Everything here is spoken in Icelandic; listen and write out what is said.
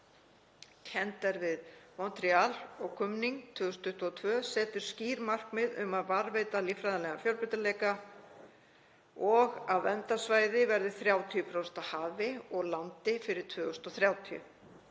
kennd er við Montreal og Kumning 2022 setur skýr markmið um að varðveita líffræðilegan fjölbreytileika og að verndarsvæði verði 30% af hafi og landi fyrir 2030.